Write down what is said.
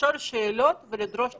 לשאול שאלות ולדרוש תשובות.